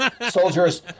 soldiers